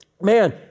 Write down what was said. man